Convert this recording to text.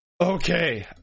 Okay